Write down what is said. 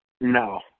No